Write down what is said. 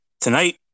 Tonight